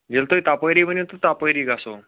ییٚلہِ تُہۍ تَپٲری ؤنِو تہٕ تَپٲری گَژھو